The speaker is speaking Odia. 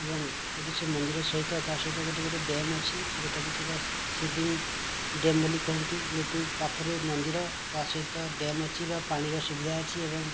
ଏବଂ ଏଇଠି ସେହି ମନ୍ଦିର ସହିତ ତା' ସହିତ ଗୋଟିଏ ଗୋଟିଏ ଡ୍ୟାମ୍ ଅଛି ଯେଉଁଟା ସେଇଟା ସିଦିଂ ଡ୍ୟାମ୍ ବୋଲି କୁହନ୍ତି ଯେହେତୁ ପାଖରେ ମନ୍ଦିର ତା' ସହିତ ଡ୍ୟାମ୍ ଅଛି ବା ପାଣିର ସୁବିଧା ଅଛି ଏବଂ